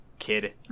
kid